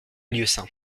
lieusaint